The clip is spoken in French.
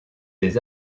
des